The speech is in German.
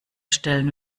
stellen